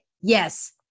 Yes